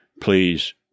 Please